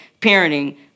parenting